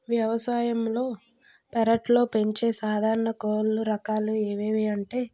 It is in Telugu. వ్యవసాయంలో పెరట్లో పెంచే సాధారణ కోళ్ల రకాలు ఏవేవి అంటే